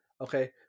Okay